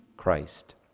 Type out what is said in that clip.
Christ